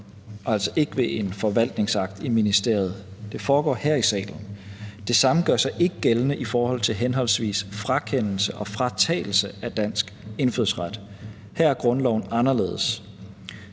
altså ikke ved en forvaltningsakt i ministeriet; det foregår her i salen. Det samme gør sig ikke gældende i forhold til henholdsvis frakendelse og fratagelse af dansk indfødsret; her er grundloven anderledes.